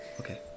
okay